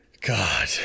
God